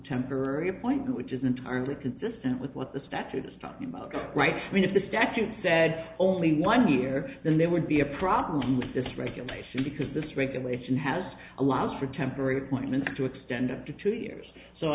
temporary point which is entirely consistent with what the statute is talking about right i mean if the statute said only one year then there would be a problem with this regulation because this regulation has allowed for temporary appointment to extend up to two years so